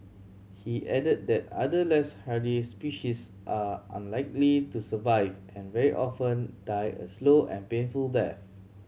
he added that other less hardy species are unlikely to survive and very often die a slow and painful death